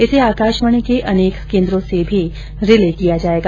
इसे आकाशवाणी के अनेक केन्द्रों से भी रिले किया जायेगा